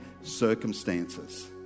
circumstances